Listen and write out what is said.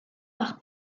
par